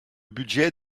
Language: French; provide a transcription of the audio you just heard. budget